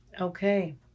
Okay